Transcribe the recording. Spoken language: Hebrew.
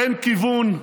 אין כיוון,